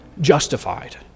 justified